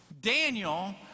Daniel